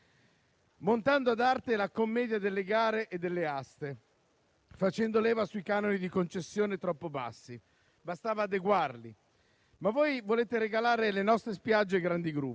montando ad arte la commedia delle gare e delle aste, facendo leva sui canoni di concessione troppo bassi. Bastava adeguarli, ma voi volete regalare le nostre spiagge ai grandi gruppi.